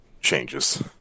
changes